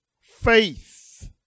faith